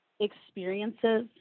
experiences